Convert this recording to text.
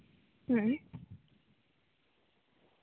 ᱦᱩᱸ